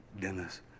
Dennis